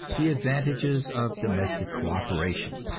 the advantages of domestic co-operation.